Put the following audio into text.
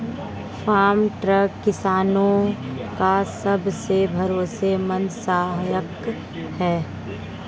farm truck किसानो का सबसे भरोसेमंद सहायक है